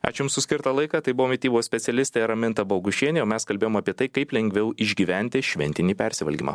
ačiū jums už skirtą laiką tai buvo mitybos specialistė raminta bogušienė o mes kalbėjom apie tai kaip lengviau išgyventi šventinį persivalgymą